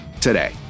today